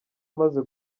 amaze